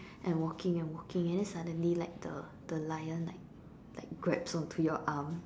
and walking and walking and then suddenly like the the lion like like grabs on to your arm